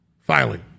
Filing